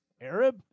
Arab